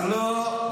לא,